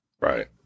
Right